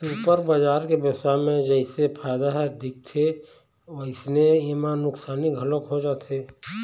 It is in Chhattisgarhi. सुपर बजार के बेवसाय म जइसे फायदा ह दिखथे वइसने एमा नुकसानी घलोक हो जाथे